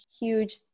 huge